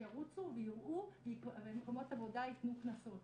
שירוצו ויראו ומקומות עבודה יתנו קנסות.